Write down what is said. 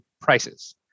prices